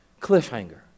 cliffhanger